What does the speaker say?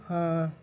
ہاں